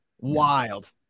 wild